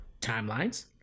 Timelines